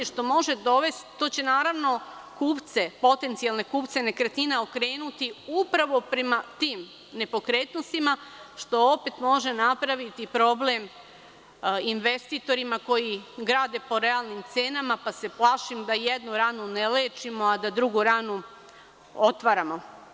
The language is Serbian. To će, naravno, potencijalne kupce nekretnina okrenuti upravo prema tim nepokretnostima, što opet može napraviti problem investitorima koji grade po realnim cenama, pa se plašim da jednu ranu ne lečimo, a drugu ranu otvaramo.